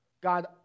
God